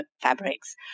fabrics